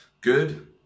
Good